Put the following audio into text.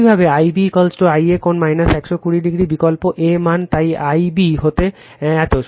একইভাবে Ib Ia কোণ 120o বিকল্প Ia মান তাই Ib হবে এত